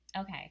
Okay